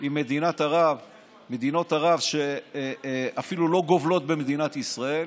עם מדינות ערב שאפילו לא גובלות במדינת ישראל,